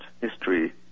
history